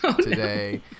today